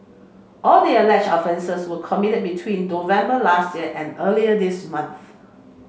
all the alleged offences were committed between November last year and earlier this month